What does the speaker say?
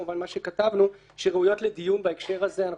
מה שכתבנו שראויות לדיון בהקשר הזה שאנחנו